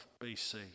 BC